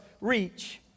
reach